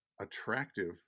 attractive